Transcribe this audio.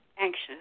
Anxious